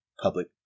public